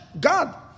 God